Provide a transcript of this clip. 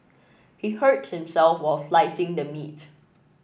he hurt himself while slicing the meat